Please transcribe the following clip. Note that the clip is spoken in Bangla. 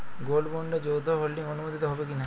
গোল্ড বন্ডে যৌথ হোল্ডিং অনুমোদিত হবে কিনা?